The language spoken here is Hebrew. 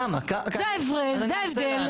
זה ההפרש, זה ההבדל.